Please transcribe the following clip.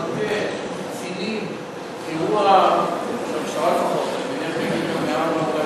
ואם תרצי גם אומר לך את העמודים,